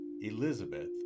Elizabeth